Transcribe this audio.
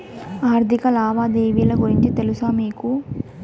ఆర్థిక లావాదేవీల గురించి తెలుసా మీకు